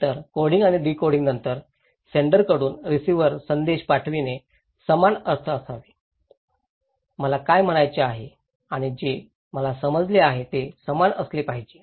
तर कोडिंग आणि डीकोडिंगनंतर सेण्डराकडून रिसिव्हर संदेश पाठविणे समान अर्थ असावे मला काय म्हणायचे आहे आणि जे मला समजले आहे ते समान असले पाहिजे